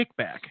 kickback